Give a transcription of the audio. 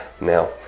Now